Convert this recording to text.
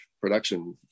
production